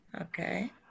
Okay